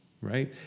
right